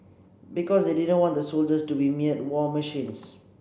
because they didn't want the soldiers to be mere war machines